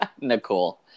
Nicole